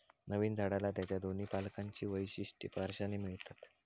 नवीन झाडाला त्याच्या दोन्ही पालकांची वैशिष्ट्ये वारशाने मिळतात